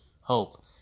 hope